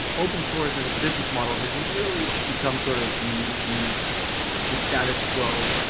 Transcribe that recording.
open source as a business model has really become sort of the the the status quo